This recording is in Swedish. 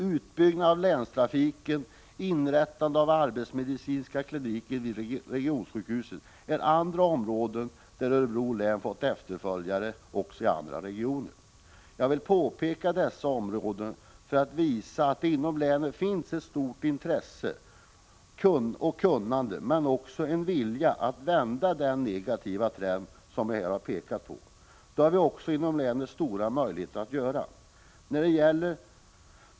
Uppbyggnaden av länstrafiken och inrättandet av den arbetsmedicinska kliniken vid Regionsjukhuset är andra områden där Örebro län har fått efterföljare i andra regioner. Jag vill peka på dessa områden för att visa att det inom länet finns ett stort intresse och ett kunnande men också en vilja att vända den negativa trend som jag här har berört. Det har vi också inom länet stora möjligheter att göra.